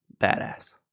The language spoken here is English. badass